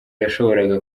yashoboraga